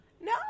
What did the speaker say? No